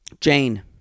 Jane